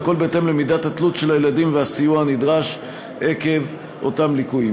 והכול בהתאם למידת התלות של הילדים והסיוע הנדרש עקב אותם ליקויים.